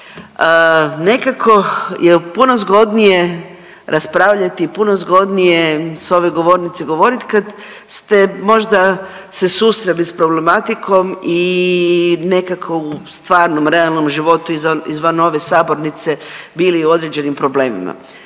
Nekako je puno zgodnije raspravljati i puno zgodnije je s ove govornice govorit kad ste možda se susreli s problematikom i nekako u stvarnom, realnom životu izvan ove sabornice bili u određenim problemima.